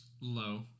low